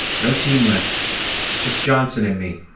no team left just johnson and me.